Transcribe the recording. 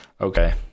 Okay